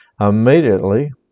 immediately